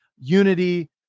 unity